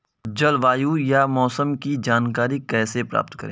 जलवायु या मौसम की जानकारी कैसे प्राप्त करें?